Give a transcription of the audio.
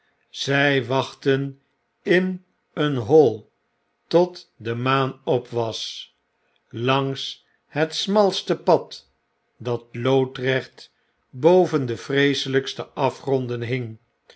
zij wachtten in een hoi i tot de maan op was langs het smalste pad dat loodrecht boven de vreeselykste afgronden j hing